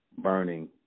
burning